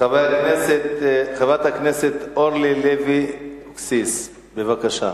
חברת הכנסת אורלי לוי אבקסיס, בבקשה.